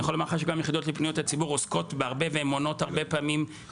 אני יכול לומר לך שגם יחידות לפניות הציבור עוסקות והרבה פעמים הן